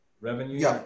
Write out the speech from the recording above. revenue